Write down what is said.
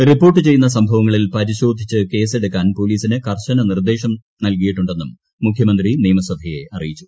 report ചെയ്യുന്ന സംഭവങ്ങളിൽ പരിശോധിച്ച് കേസ് എടുക്കാൻ പോലീസിന് കർശന നിർദ്ദേശം നൽകിയിട്ടുണ്ടെന്നും മുഖ്യമന്ത്രി നിയമസഭയെ അറിയിച്ചു